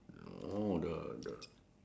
oh the the